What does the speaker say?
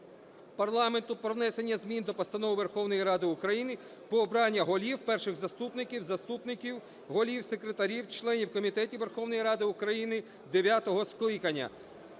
парламенту про внесення змін до Постанови Верховної Ради України про обрання голів, перших заступників, заступників голів, секретарів членів комітетів Верховної Ради України дев'ятого скликання.